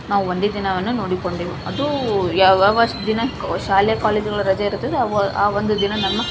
ನಾವು ಒಂದೇ ದಿನವನ್ನು ನೋಡಿಕೊಂಡೆವು ಅದು ಯಾವಾವಷ್ಟು ದಿನಕ್ಕೆ ಶಾಲೆ ಕಾಲೇಜುಗಳ ರಜೆ ಇರುತ್ತದೆ ಯಾವ ಆ ಒಂದು ದಿನ ನಮ್ಮ